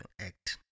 act